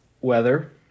Weather